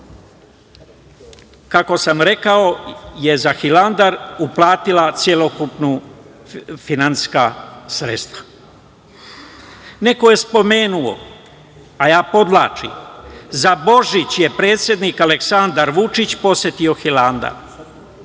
Srbija je za Hilandar uplatila celokupna finansijska sredstva. Neko je spomenuo, a ja podvlačim, za Božić je predsednik Aleksandar Vučić, posetio Hilandar.